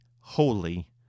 holy